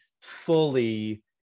fully